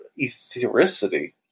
ethericity